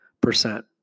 percent